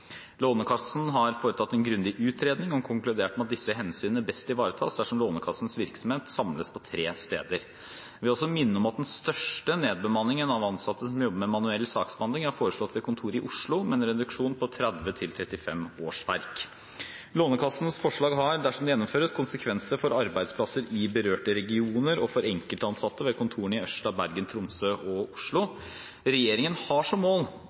Lånekassen har foretatt en grundig utredning og konkludert med at disse hensynene best ivaretas dersom Lånekassens virksomhet samles på tre steder. Jeg vil også minne om at den største nedbemanningen av ansatte som jobber med manuell saksbehandling, er foreslått ved kontoret i Oslo, med en reduksjon på 30–35 årsverk. Lånekassens forslag har, dersom det gjennomføres, konsekvenser for arbeidsplasser i berørte regioner og for enkeltansatte ved kontorene i Ørsta, Bergen, Tromsø og Oslo. Regjeringen har som mål